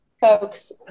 Folks